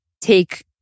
take